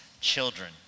children